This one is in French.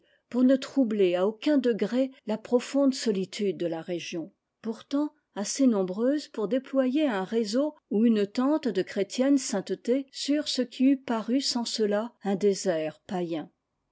pour ne troubler à aucun degré la profonde solitude de la région pourtant assez nombreuses pour déployer un réseau ou une tente de chrétienne sainteté sur ce qui eût paru sans cela un désert païen